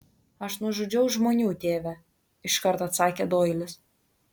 aš nužudžiau žmonių tėve iškart atsakė doilis